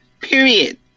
period